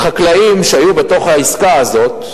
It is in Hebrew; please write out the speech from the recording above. חקלאים שהיו בתוך העסקה הזאת,